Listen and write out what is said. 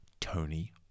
Tony